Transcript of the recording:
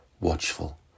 watchful